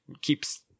keeps